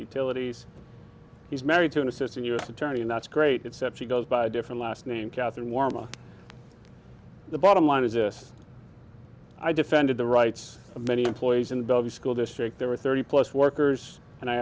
utilities he's married to an assistant u s attorney and that's great except she does buy a different last name catherine warm the bottom line is this i defended the rights of many employees in the school district there were thirty plus workers and i